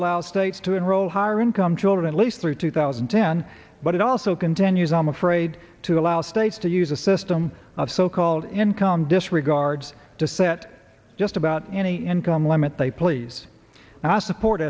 allows states to enroll higher income children at least through two thousand and ten but it also continues i'm afraid to allow states to use a system of so called income disregards to set just about any income limit they please and i support